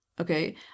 Okay